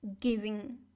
giving